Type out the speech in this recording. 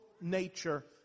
nature